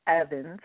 Evans